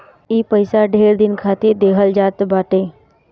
ई पइसा ढेर दिन के खातिर देहल जात बाटे